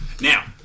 Now